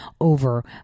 over